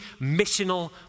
missional